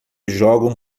jogam